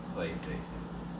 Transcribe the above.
PlayStation's